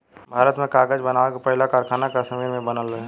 भारत में कागज़ बनावे के पहिला कारखाना कश्मीर में बनल रहे